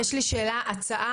לבנה, יש לי שאלה, הצעה.